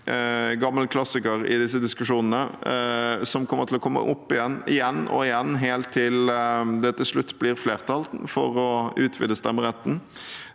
gammel klassiker i disse diskusjonene, og det kommer til å komme opp igjen og igjen, helt til det til slutt blir flertall for å utvide stemmeretten.